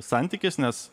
santykis nes